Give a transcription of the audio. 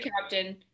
captain